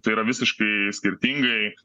tai yra visiškai skirtingai